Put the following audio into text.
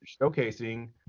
showcasing